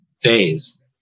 phase